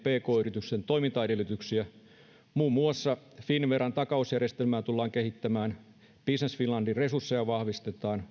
pk yritysten toimintaedellytyksiä muun muassa finnveran takausjärjestelmää tullaan kehittämään business finlandin resursseja vahvistetaan